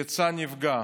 יצא נפגע.